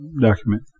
document